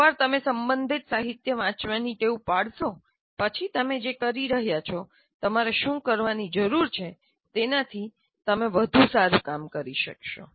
એકવાર તમે સંબંધિત સાહિત્ય વાંચવાની ટેવ પાડશો પછી તમે જે કરી રહ્યા છો તમારે શું કરવાની જરૂર છે તેનાથી તમે વધુ સારું કામ કરી શકશો